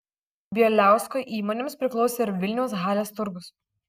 bieliausko įmonėms priklausė ir vilniaus halės turgus